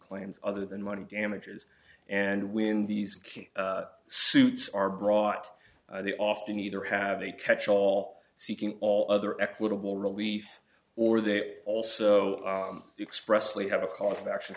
claims other than money damages and when these king suits are brought the often either have a catchall seeking all other equitable relief or they also express we have a cough action